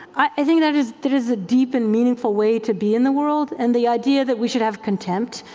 i think that is that is a deep and meaningful way to be in the world and the idea that we should have contempt,